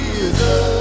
Jesus